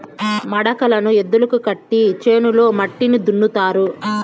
మడకలను ఎద్దులకు కట్టి చేనులో మట్టిని దున్నుతారు